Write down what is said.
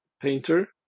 painter